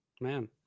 Man